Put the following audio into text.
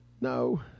no